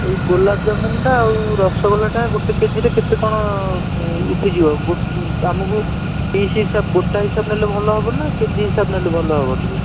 ଏଇ ଗୋଲାପଜାମୁନଟା ଆଉ ରସଗୋଲାଟା ଗୋଟେ କେଜିରେ କେତେ କ'ଣ ଉଠିଯିବ ଆମକୁ ପିସ୍ ହିସାବ ଗୋଟା ହିସାବ ନେଲେ ଭଲ ହେବ ନା କେଜି ହିସାବ ନେଲେ ଭଲ ହେବ ଟିକେ